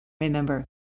Remember